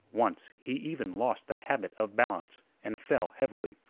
once he even lost the habit of balance and fell heavily.